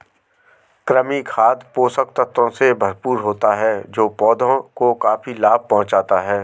कृमि खाद पोषक तत्वों से भरपूर होता है जो पौधों को काफी लाभ पहुँचाता है